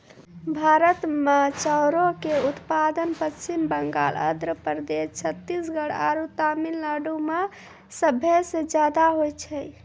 भारत मे चाउरो के उत्पादन पश्चिम बंगाल, आंध्र प्रदेश, छत्तीसगढ़ आरु तमिलनाडु मे सभे से ज्यादा होय छै